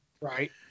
Right